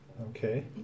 Okay